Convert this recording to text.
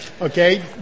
okay